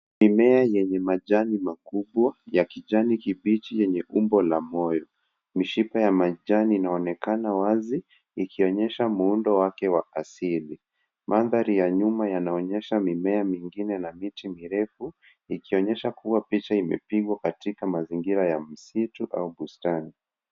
Mimea yenye majani makubwa ya kijani kibichi yenye umbo la moyo. Mishipe ya majani inaonekana wazi, ikionyesha muundo wake wa asili. Mandhari ya nyuma yanaonyesha mimea mingine na miti mirefu ikionyesha kuwa picha imepigwa katika mazingira ya msitu au bustani.